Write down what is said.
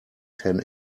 ten